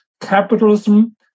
capitalism